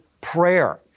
prayer